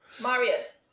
Marriott